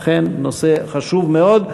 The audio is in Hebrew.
אכן נושא חשוב מאוד.